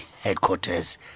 headquarters